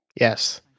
Yes